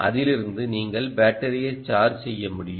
அதிலிருந்து நீங்கள் பேட்டரியை சார்ஜ் செய்ய முடியும்